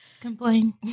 complain